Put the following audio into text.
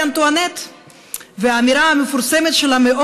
אנטואנט ואת האמירה המאוד-מפורסמת שלה: